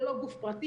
זה לא גוף פרטי,